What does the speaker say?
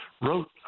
wrote